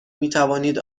میتوانید